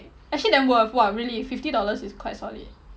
actually damn worth !wah! really fifty dollars is quite solid